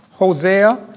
Hosea